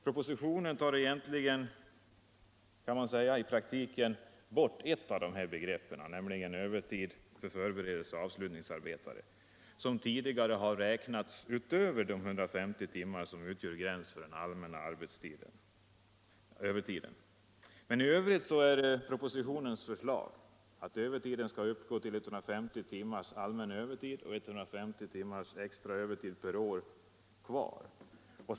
Propositionen tar i praktiken bort ett av dessa begrepp, nämligen övertid vid förberedelseoch avslutningsarbeten, som tidigare uttagits utöver de 150 timmar som utgör gräns för den allmänna övertiden. Men i övrigt är propositionens förslag, att övertiden kan uppgå till 150 timmar allmän övertid och 150 timmar extra övertid per år.